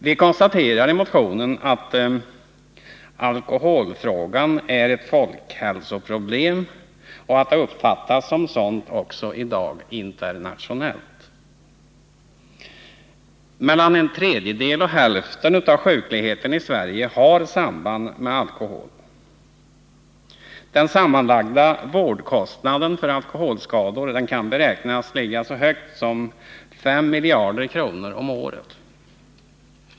Vi konstaterar att alkoholbruket är ett folkhälsoproblem och i dag uppfattas som ett sådant också internationellt. Mellan en tredjedel och hälften av sjukligheten i Sverige har samband med alkohol. Den sammanlagda vårdkostnaden för alkoholskador kan beräknas ligga så högt som 5 miljarder kronor om året.